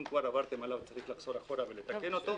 אם כבר עברתם עליו, צריך לחזור אחורה ולתקן אותו.